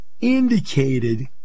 indicated